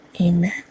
amen